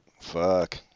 Fuck